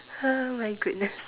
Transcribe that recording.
oh my goodness